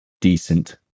decent